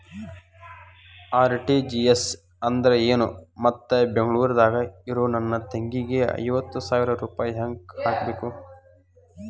RTGS ಅಂದ್ರ ಏನು ಮತ್ತ ಬೆಂಗಳೂರದಾಗ್ ಇರೋ ನನ್ನ ತಂಗಿಗೆ ಐವತ್ತು ಸಾವಿರ ರೂಪಾಯಿ ಹೆಂಗ್ ಹಾಕಬೇಕು?